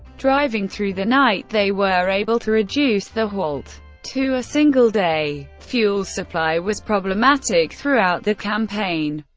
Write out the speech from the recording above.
driving through the night, they were able to reduce the halt to a single day. fuel supply was problematic throughout the campaign,